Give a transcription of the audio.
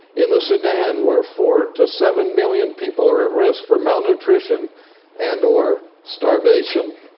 in the sudan, where four to seven million people are at risk for malnutrition and or starvation.